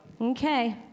Okay